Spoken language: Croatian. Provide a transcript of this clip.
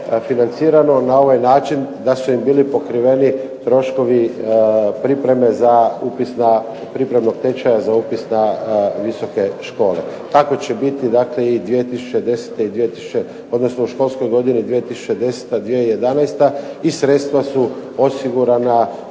financirano na ovaj način da su im bili pokriveni troškovi pripreme za upis na, pripremnog tečaja za upis na visoke škole. Tako će biti dakle i 2010. odnosno u školskoj godini 2010., 2011. i sredstva su osigurana